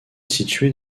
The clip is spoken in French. située